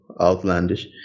Outlandish